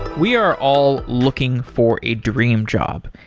we are all looking for a dream job.